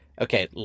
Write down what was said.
Okay